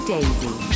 Daisy